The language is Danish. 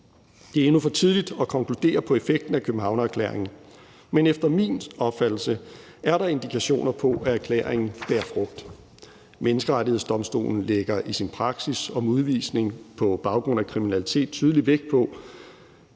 Det er endnu for tidligt at konkludere på effekten af Københavnererklæringen, men efter min opfattelse er der indikationer på, at erklæringen bærer frugt. Menneskerettighedsdomstolen lægger i sin praksis for udvisning på baggrund af kriminalitet tydeligt vægt på,